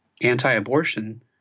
anti-abortion